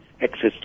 access